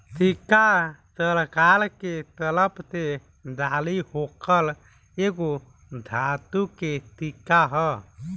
सिक्का सरकार के तरफ से जारी होखल एगो धातु के सिक्का ह